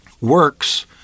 works